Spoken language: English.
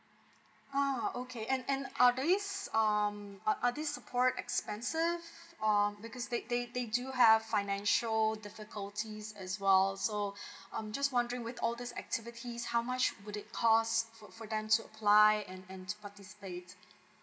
ah okay and and are these um are these support expensive um because they they they do have financial difficulties as well so I'm just wondering with all these activities how much would it cost for for them to apply and to participate